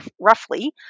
roughly